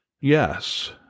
Yes